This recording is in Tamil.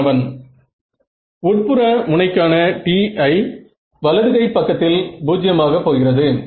மாணவன் உட்புற முனைக்கான Ti வலது கை பக்கத்தில் 0 ஆக போகிறது